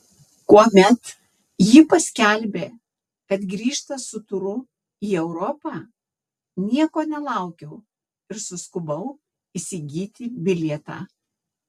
kuomet ji paskelbė kad grįžta su turu į europą nieko nelaukiau ir suskubau įsigyti bilietą